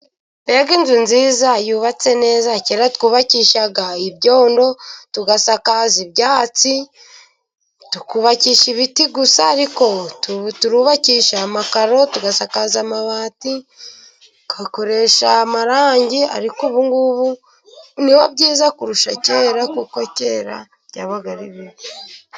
Mbega inzu nziza yubatse neza! Kera twubakishaga ibyondo, tugasakaza ibyatsi, tukubakisha ibiti gusa. Ariko turubakisha amakaro, tugasakaza amabati, tugakoresha amarangi, ariko ubu ngubu ni ho byiza kurusha kera kuko kera byabaga ari bibi.